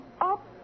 up